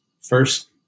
first